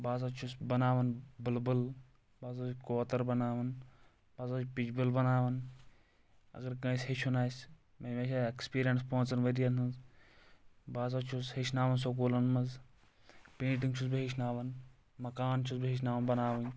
بہٕ ہسا چھُس بناوان بُلبُل بہٕ ہسا چھُس کوتر بناوان بہٕ ہسا چھُس پچ بُل بناوان اگر کٲنٛسہِ ہیٚچھُن آسہِ مےٚ چھ اٮ۪کٕسپیرینٕس پانٛژن ؤرۍ ین ہنٛز بہٕ ہسا چھُس ہیٚچھناوان سکوٗلن منٛز پینٹنٛگ چھُس بہٕ ہیٚچھناوان مکان چھُس بہٕ ہیٚچھاوان بناوٕنۍ